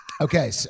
Okay